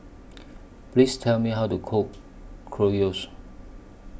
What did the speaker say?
Please Tell Me How to Cook Gyros